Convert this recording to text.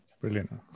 brilliant